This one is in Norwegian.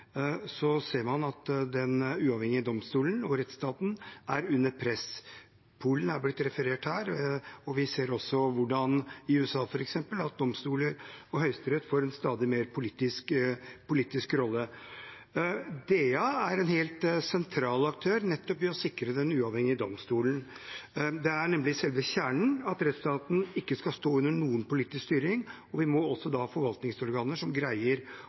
ser vi at den uavhengige domstolen og rettsstaten er under press. Polen er blitt referert til her, og vi ser i USA, f.eks., hvordan domstoler og Høyesterett får en stadig mer politisk rolle. DA er en helt sentral aktør nettopp i å sikre den uavhengige domstolen. Det er nemlig selve kjernen at rettsstaten ikke skal stå under noen politisk styring, og vi må da ha forvaltningsorganer som greier